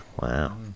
Wow